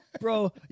bro